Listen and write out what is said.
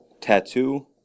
Tattoo